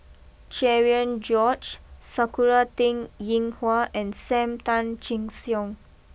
Cherian George Sakura Teng Ying Hua and Sam Tan Chin Siong